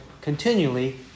continually